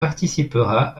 participera